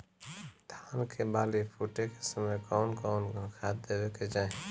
धान के बाली फुटे के समय कउन कउन खाद देवे के चाही?